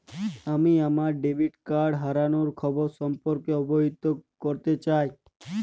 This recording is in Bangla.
আমি আমার ডেবিট কার্ড হারানোর খবর সম্পর্কে অবহিত করতে চাই